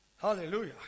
Hallelujah